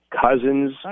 cousins